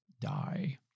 die